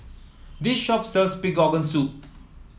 this shop sells Pig Organ Soup